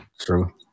True